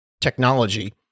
technology